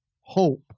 hope